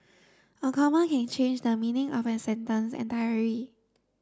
a comma can change the meaning of a sentence entirely